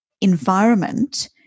environment